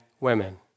women